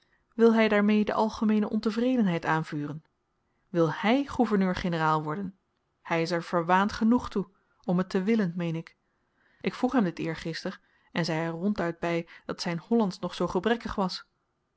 wil hy daarmee de algemeene ontevredenheid aanvuren wil hy gouverneur-generaal worden hy is er verwaand genoeg toe om het te willen meen ik ik vroeg hem dit eergister en zei er ronduit by dat zyn hollandsch nog zoo gebrekkig was